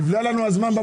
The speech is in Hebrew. מה התפקיד שלהם בזה?